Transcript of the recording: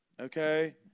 okay